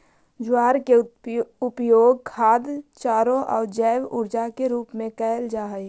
ज्वार के उपयोग खाद्य चारों आउ जैव ऊर्जा के रूप में कयल जा हई